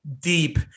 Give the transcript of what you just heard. deep